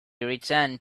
returned